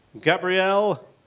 Gabrielle